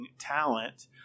talent